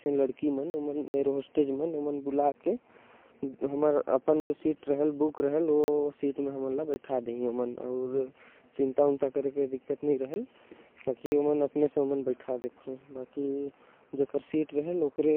तो वहां। लड़की मन काम करथे उमन ला एयर होस्टेल क़ थे। उमन सीट ला बता दे थे हवाई जहाज में बकर नही करे। के चाही नही तो उमन उतर देथे मरबो करथे।